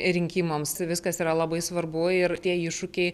rinkimams viskas yra labai svarbu ir tie iššūkiai